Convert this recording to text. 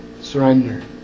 surrender